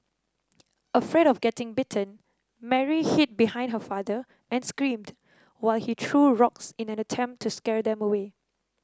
afraid of getting bitten Mary hid behind her father and screamed while he threw rocks in an attempt to scare them away